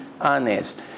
honest